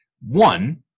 one